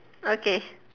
okay